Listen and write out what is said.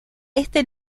este